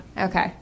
Okay